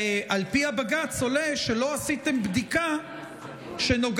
על פי בג"ץ עולה שלא עשיתם בדיקה שנוגעת